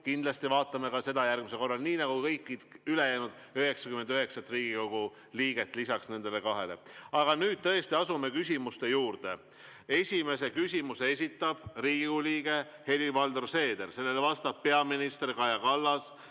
Kindlasti vaatame ka seda järgmisel korral, nii nagu kõiki ülejäänud 99 Riigikogu liiget lisaks nendele kahele. Aga nüüd tõesti asume küsimuste juurde. Esimese küsimuse esitab Riigikogu liige Helir-Valdor Seeder ja sellele vastab peaminister Kaja Kallas.